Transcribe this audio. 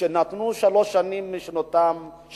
שנתנו שלוש שנים משנותיהם,